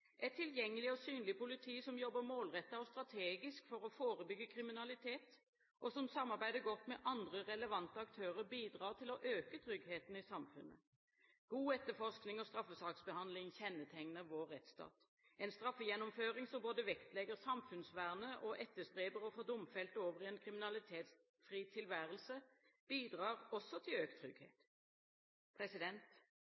Et tilgjengelig og synlig politi som jobber målrettet og strategisk for å forebygge kriminalitet, og som samarbeider godt med andre relevante aktører, bidrar til å øke tryggheten i samfunnet. God etterforskning og straffesaksbehandling kjennetegner vår rettsstat. En straffegjennomføring som både vektlegger samfunnsvernet og etterstreber å få domfelte over i en kriminalitetsfri tilværelse, bidrar også til økt trygghet.